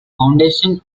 foundation